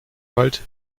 wald